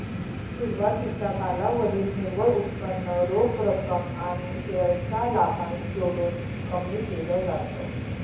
सुरवातीच्या कालावधीत निव्वळ उत्पन्न रोख रक्कम आणि शेअर चा लाभांश जोडून कमी केल जात